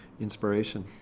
inspiration